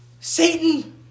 Satan